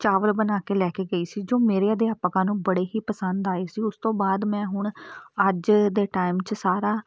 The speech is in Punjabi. ਚਾਵਲ ਬਣਾ ਕੇ ਲੈ ਕੇ ਗਈ ਸੀ ਜੋ ਮੇਰੇ ਅਧਿਆਪਕਾਂ ਨੂੰ ਬੜੇ ਹੀ ਪਸੰਦ ਆਏ ਸੀ ਉਸ ਤੋਂ ਬਾਅਦ ਮੈਂ ਹੁਣ ਅੱਜ ਦੇ ਟਾਈਮ 'ਚ ਸਾਰਾ